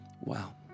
Wow